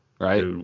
right